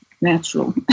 natural